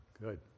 good